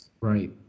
Right